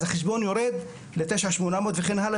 אז החשבון יורד ל-9,800 וכן הלאה,